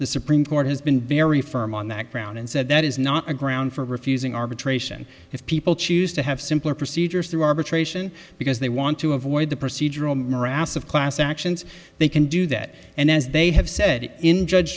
the supreme court has been very firm on that ground and said that is not a ground for refusing arbitration if people choose to have simpler procedures through arbitration because they want to avoid the procedural morass of class actions they can do that and as they have said in judge